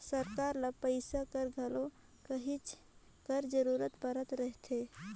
सरकार ल पइसा कर घलो कहेच कर जरूरत परत रहथे